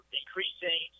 increasing